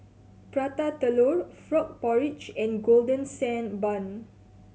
Prata Telur frog porridge and Golden Sand Bun